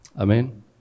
Amen